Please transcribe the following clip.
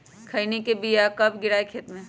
खैनी के बिया कब गिराइये खेत मे?